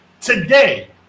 today